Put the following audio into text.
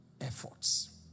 efforts